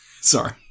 sorry